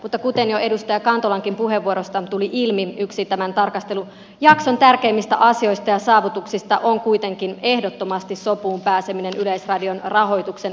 mutta kuten jo edustaja kantolankin puheenvuorosta tuli ilmi yksi tämän tarkastelujakson tärkeimmistä asioista ja saavutuksista on kuitenkin ehdottomasti sopuun pääseminen yleisradion rahoituksen uudistamisesta